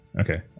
okay